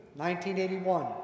1981